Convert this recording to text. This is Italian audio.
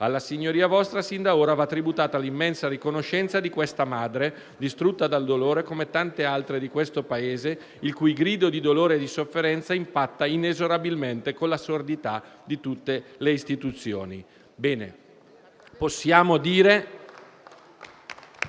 Alla signoria vostra sin da ora va tributata l'immensa riconoscenza di questa madre, distrutta dal dolore, come tante altre di questo Paese, il cui grido di dolore e di sofferenza impatta inesorabilmente con la sordità di tutte le istituzioni».